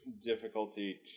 difficulty